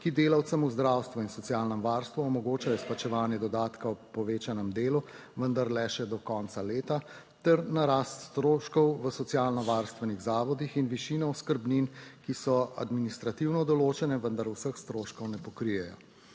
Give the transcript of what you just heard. ki delavcem v zdravstvu in socialnem varstvu omogoča izplačevanje dodatka ob povečanem delu, vendar le še do konca leta, ter na rast stroškov v socialno varstvenih zavodih in višino oskrbnin, ki so administrativno določene, vendar vseh stroškov ne pokrijejo.